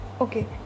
okay